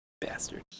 bastards